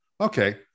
Okay